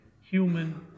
human